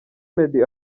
meddy